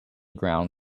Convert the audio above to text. ground